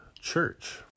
church